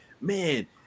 man